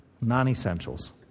non-essentials